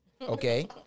Okay